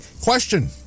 Question